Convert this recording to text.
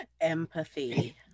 Empathy